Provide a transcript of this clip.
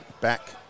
back